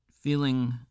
feeling